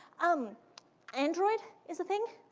um android is a thing.